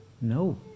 no